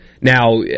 Now